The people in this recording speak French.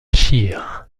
scheer